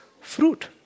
fruit